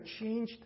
changed